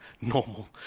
normal